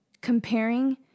comparing